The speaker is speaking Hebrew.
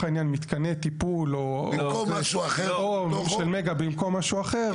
העניין מתקני טיפול או מגה במקום משהו אחר,